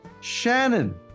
Shannon